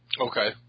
Okay